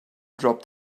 dropped